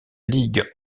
ligue